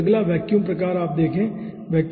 फिर अगला वैक्यूम प्रकार देखें